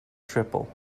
triple